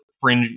fringe